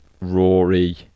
Rory